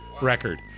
record